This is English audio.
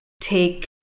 take